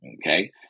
Okay